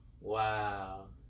Wow